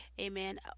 Amen